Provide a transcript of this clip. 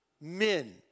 men